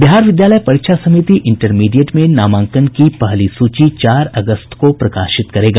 बिहार विद्यालय परीक्षा समिति इंटरमीडिएट में नामांकन की पहली सूची चार अगस्त को प्रकाशित करेगा